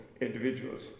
individuals